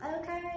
okay